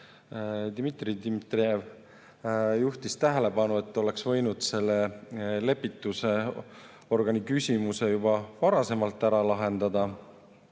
Dmitri Dmitrijev juhtis tähelepanu, et oleks võinud selle lepitusorgani küsimuse juba varasemalt ära lahendada.